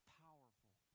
powerful